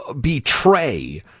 betray